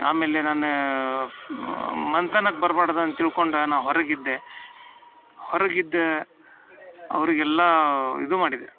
ಆಮೇಲೆ ನನ್ನ ಫ್ ಮನೆತನಕ್ಕೆ ಬರ್ಬ್ಯಾಡ್ದು ಅಂತ ತಿಳ್ಕೊಂಡು ನಾನು ಹೊರಗಿದ್ದೆ ಹೊರಗಿದ್ದೆ ಅವ್ರಿಗೆಲ್ಲ ಇದು ಮಾಡಿದೆ